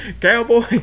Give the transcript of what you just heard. Cowboy